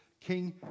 king